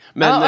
men